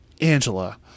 Angela